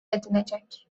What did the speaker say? edilecek